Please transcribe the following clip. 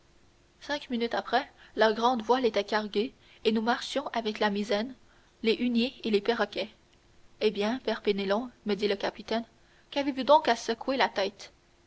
cinq minutes après la grande voile était carguée et nous marchions avec la misaine les huniers et les perroquets eh bien père penelon me dit le capitaine qu'avez-vous donc à secouer la tête